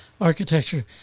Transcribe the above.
architecture